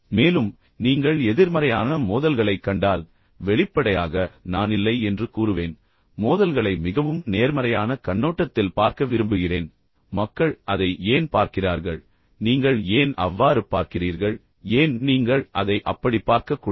மேலும் நீங்கள் எதிர்மறையான மோதல்களைக் கண்டால் வெளிப்படையாக நான் இல்லை என்று கூறுவேன் மோதல்களை மிகவும் நேர்மறையான கண்ணோட்டத்தில் பார்க்க விரும்புகிறேன் மக்கள் அதை ஏன் பார்க்கிறார்கள் நீங்கள் ஏன் அவ்வாறு பார்க்கிறீர்கள் ஏன் நீங்கள் அதை அப்படிப் பார்க்கக்கூடாது